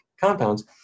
compounds